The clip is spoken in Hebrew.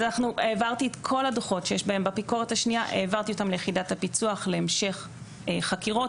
אז העברתי את כל הדוחות בביקורת השנייה ליחידת הפיצוח להמשך חקירות.